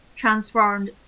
transformed